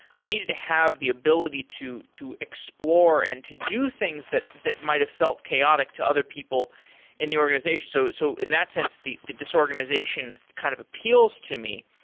i needed to have the ability to to explore and to do things that that might've felt chaotic to other people in the organization. so so in that sense, the the disorganization kind of appeals to me.